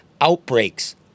outbreaks